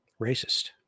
racist